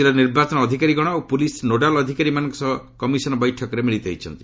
ରାଜ୍ୟର ନିର୍ବାଚନ ଅଧିକାରୀଗଣ ଓ ପୁଲିସ୍ ନୋଡାଲ୍ ଅଧିକାରୀମାନଙ୍କ ସହ କମିଶନ ବୈଠକରେ ମିଳିତ ହୋଇଛନ୍ତି